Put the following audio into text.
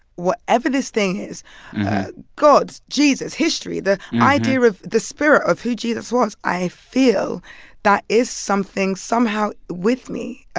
whatever this thing is god, jesus, history, the idea of the spirit of who jesus was i feel that is something somehow with me,